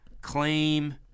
claim